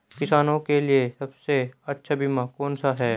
किसानों के लिए सबसे अच्छा बीमा कौन सा है?